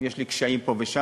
יש לי קשיים פה ושם,